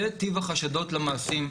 זה טיב החשדות למעשים,